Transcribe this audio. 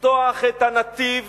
לפתוח את הנתיב